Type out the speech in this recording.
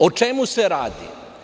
O čemu se radi?